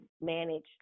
manage